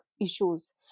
issues